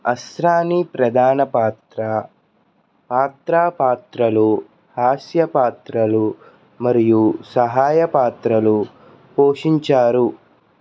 అస్రానీ ప్రధాన పాత్ర పాత్రా పాత్రలు హాస్య పాత్రలు మరియు సహాయ పాత్రలు పోషించారు